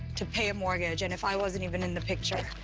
to pay a mortgage, and if i wasn't even in the picture,